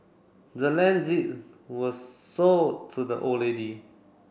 the land was sold to the old lady